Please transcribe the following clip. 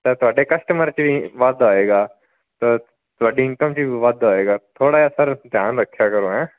ਤਾਂ ਤੁਹਾਡੇ ਕਸਟਮਰ 'ਚ ਵੀ ਵਾਧਾ ਹੋਏਗਾ ਤ ਤੁਹਾਡੀ ਇਨਕਮ 'ਚ ਵੀ ਵਾਧਾ ਹੋਏਗਾ ਥੋੜ੍ਹਾ ਜਿਹਾ ਸਰ ਧਿਆਨ ਰੱਖਿਆ ਕਰੋ ਹੈਂ